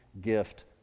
gift